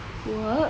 work